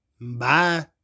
bye